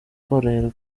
koroherwa